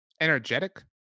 energetic